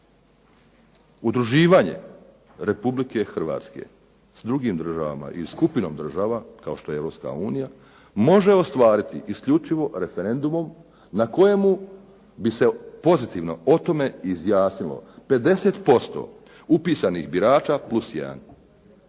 udruživanje Republike Hrvatske s drugim državama, ili skupinom državama kao što je Europska unija, može ostvariti isključivo referendumom na kojemu bi se pozitivno o tome izjasnilo 50% upisanih birača plus 1.